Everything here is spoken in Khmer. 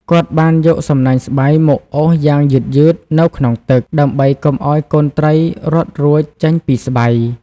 គាត់បានយកសំណាញ់ស្បៃមកអូសយ៉ាងយឺតៗនៅក្នុងទឹក ដើម្បីកុំឲ្យកូនត្រីរត់រួចចេញពីស្បៃ។